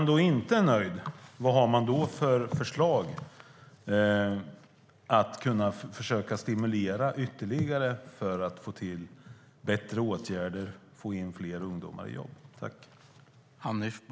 Om man inte är nöjd, vad har man då för förslag till bättre åtgärder för att få in fler ungdomar i jobb?